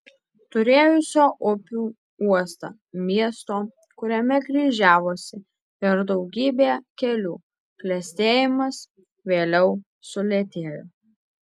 turėjusio upių uostą miesto kuriame kryžiavosi ir daugybė kelių klestėjimas vėliau sulėtėjo